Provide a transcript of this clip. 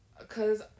Cause